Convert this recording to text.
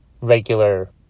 regular